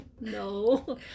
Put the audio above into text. No